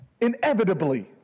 inevitably